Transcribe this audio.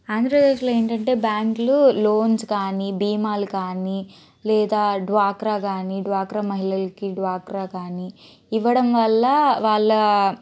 ఆంధ్రప్రదేశ్లో ఏంటంటే బ్యాంక్లు లోన్స్ కానీ భీమాలు కానీ లేదా డ్వాక్రా కానీ డ్వాక్రా మహిళలకి డ్వాక్రా కానీ ఇవ్వడం వల్ల వాళ్ళ